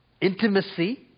intimacy